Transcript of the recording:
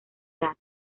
edad